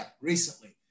recently